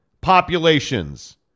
populations